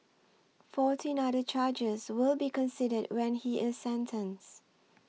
fourteen other charges will be considered when he is sentenced